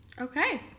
Okay